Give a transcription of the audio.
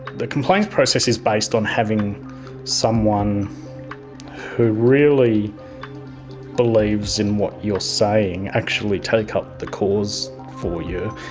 the complaints process is based on having someone who really believes in what you're saying actually take up the cause for you,